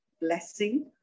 blessing